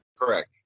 Correct